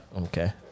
okay